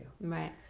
Right